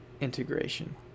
integration